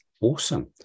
Awesome